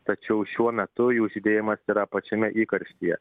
tačiau šiuo metu jų žydėjimas yra pačiame įkarštyje